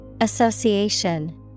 Association